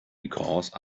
because